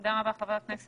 תודה רבה, חבר הכנסת